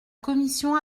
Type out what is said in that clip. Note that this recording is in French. commission